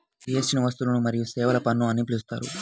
జీఎస్టీని వస్తువులు మరియు సేవల పన్ను అని పిలుస్తారు